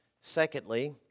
Secondly